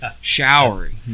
showering